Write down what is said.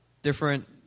Different